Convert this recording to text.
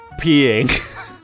peeing